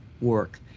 work